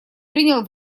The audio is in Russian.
принял